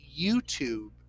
YouTube